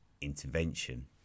intervention